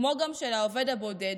כמו גם של העובד הבודד,